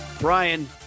Brian